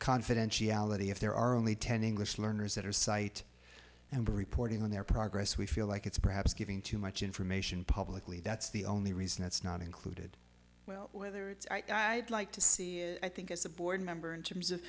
confidentiality if there are only ten english learners that are site and reporting on their progress we feel like it's perhaps giving too much information publicly that's the only reason that's not included well i'd like to see i think as a board member in terms of